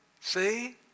See